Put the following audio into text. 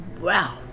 Wow